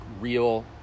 real